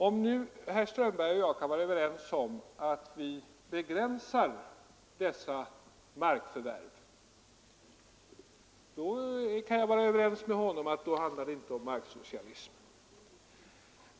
Om nu herr Strömberg och jag kan vara överens på den punkten att dessa markförvärv bör begränsas, då kan jag instämma med honom i att det inte handlar om marksocialism.